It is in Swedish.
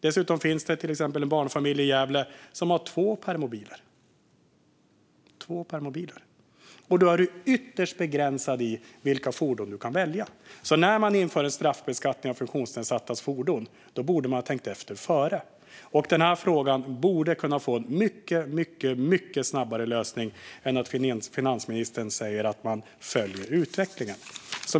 Dessutom finns det exempelvis en barnfamilj i Gävle som har två permobiler. Då är man ytterst begränsad när det gäller vilka fordon man kan välja. När man införde straffbeskattning av funktionsnedsattas fordon borde man ha tänkt efter före. Den här frågan borde ha kunnat få en mycket snabbare lösning än att finansministern säger att han följer utvecklingen.